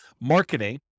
marketing